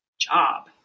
job